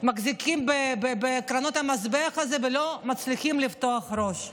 מחזיקים בקרנות המזבח האלה ולא מצליחים לפתוח את הראש.